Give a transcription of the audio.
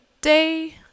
day